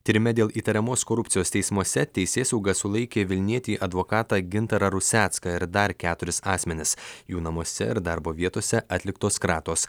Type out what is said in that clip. tyrime dėl įtariamos korupcijos teismuose teisėsauga sulaikė vilnietį advokatą gintarą rusecką ir dar keturis asmenis jų namuose ir darbo vietose atliktos kratos